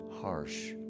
harsh